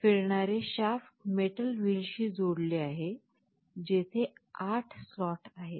फिरणारे shaft metal व्हीलशी जोडलेले आहे जेथे 8 स्लॉट आहेत